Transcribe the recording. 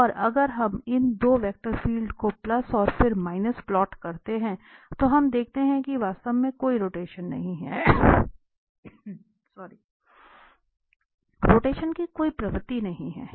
और अगर हम इन दो वेक्टर फील्ड को प्लस और फिर माइनस प्लॉट करते हैं तो हम देखते हैं कि वास्तव में कोई रोटेशन नहीं है रोटेशन की कोई प्रवृत्ति नहीं है